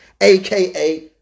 aka